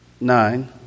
nine